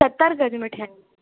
सतरि गज में ठहियलु आहे